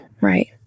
Right